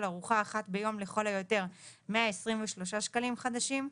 ארוחה אחת ביום לכל היותר - 123 שקלים חדשים,